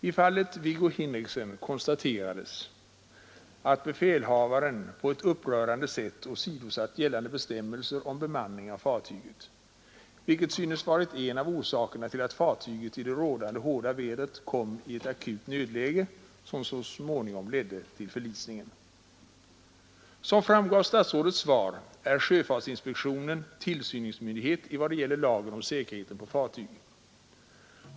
I fallet Viggo Hinrichsen konstaterades att befälhavaren på ett flagrant sätt åsidosatt gällande bestämmelser om bemanning av fartyget, vilket synes ha varit en av orsakerna till att fartyget i det rådande hårda vädret kom i ett akut nödläge, som så småningom ledde till förlisningen. Som framgår av statsrådets svar är sjöfartsinspektionen tillsynsmyndighet i vad gäller lagen om säkerheten på fartyg.